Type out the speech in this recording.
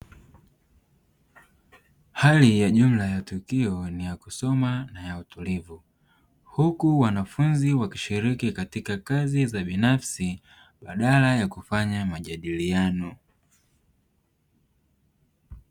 Hali ya jumla ya tukio ni ya kusoma na utulivu huku wanafunzi wakishiriki katika kazi za binafsi badala ya kufanya majadiliano.